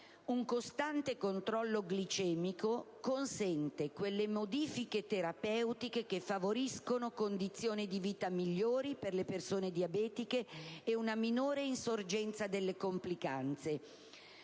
Un costante controllo glicemico consente le modifiche terapeutiche che favoriscono condizioni di vita migliori per le persone diabetiche e una minore probabilità di insorgenza delle complicanze.